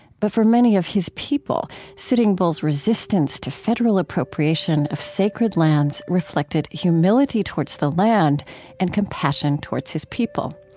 but for many of his people, sitting bull's resistance to federal appropriation of sacred lands reflected humility towards the land and compassion towards his people.